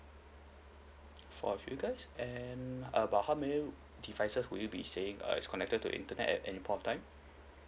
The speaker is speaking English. for a few guys and about how many devices would you be saying uh is connected to internet at any point of time